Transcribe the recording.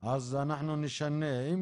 במצב שבו היא נתנה לפנים משורת הדין.